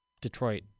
Detroit